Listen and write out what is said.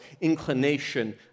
inclination